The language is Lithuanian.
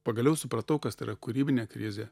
pagaliau supratau kas tai yra kūrybinė krizė